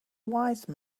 wise